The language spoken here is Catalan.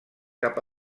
cap